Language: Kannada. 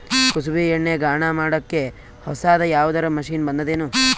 ಕುಸುಬಿ ಎಣ್ಣೆ ಗಾಣಾ ಮಾಡಕ್ಕೆ ಹೊಸಾದ ಯಾವುದರ ಮಷಿನ್ ಬಂದದೆನು?